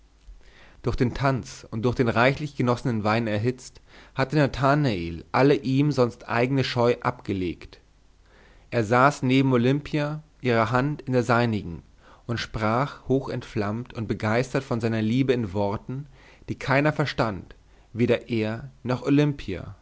durch den tanz und durch den reichlich genossenen wein erhitzt hatte nathanael alle ihm sonst eigne scheu abgelegt er saß neben olimpia ihre hand in der seinigen und sprach hochentflammt und begeistert von seiner liebe in worten die keiner verstand weder er noch olimpia